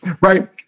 Right